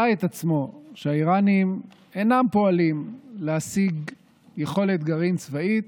את עצמו שהאיראנים אינם פועלים להשיג יכולת גרעין צבאית,